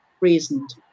reasoned